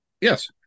Yes